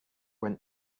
went